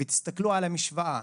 ותסתכלו על המשוואה: